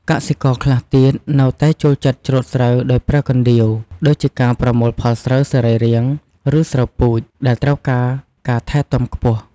កសិករខ្លះទៀតនៅតែចូលចិត្តច្រូតស្រូវដោយប្រើណ្ដៀវ ដូចជាការប្រមូលផលស្រូវសរីរាង្គ ឬស្រូវពូជ ដែលត្រូវការការថែទាំខ្ពស់។